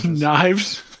knives